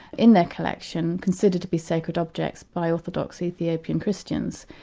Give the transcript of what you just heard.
in their collection, considered to be sacred objects by orthodox ethiopian christians.